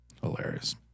Hilarious